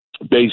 based